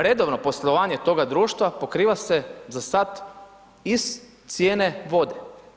Redovno poslovanje toga društva pokriva za sad iz cijene vode.